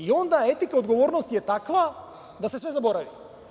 Onda, etika odgovornosti je takva da se sve zaboravi.